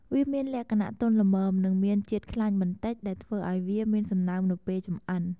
វាមានលក្ខណៈទន់ល្មម និងមានជាតិខ្លាញ់បន្តិចដែលធ្វើឱ្យវាមានសំណើមនៅពេលចម្អិន។